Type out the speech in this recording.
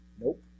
Nope